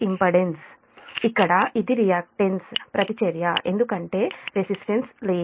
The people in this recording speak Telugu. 909∟00 j ఇక్కడ ఇది రియాక్ట్ న్స్ ప్రతిచర్య ఎందుకంటే R లేదు